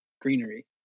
greenery